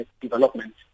development